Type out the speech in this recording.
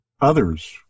others